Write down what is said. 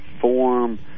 form